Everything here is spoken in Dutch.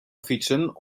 fietsen